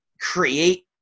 create